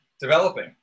developing